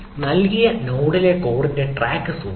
നൽകിയ നോഡിലെ കോറിന്റെ ട്രാക്ക് സൂക്ഷിക്കുക